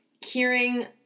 hearing